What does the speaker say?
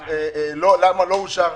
למה לא אושר?